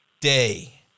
day